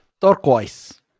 Turquoise